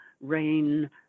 rain